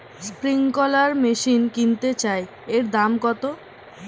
Sprinkler machine কিনতে চাই এর দাম কত?